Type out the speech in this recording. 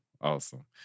Awesome